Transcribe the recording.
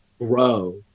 grow